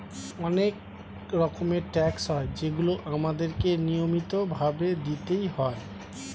অনেক রকমের ট্যাক্স হয় যেগুলো আমাদের কে নিয়মিত ভাবে দিতেই হয়